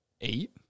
eight